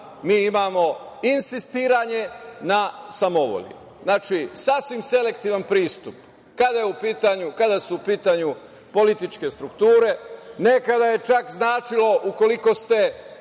mi imamo insistiranje na samovolji. Znači, sasvim selektivan pristup. Kada su u pitanju političke strukture, nekada je čak značilo, ukoliko ste